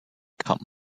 come